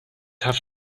have